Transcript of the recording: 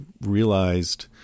realized